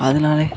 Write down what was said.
அதனாலே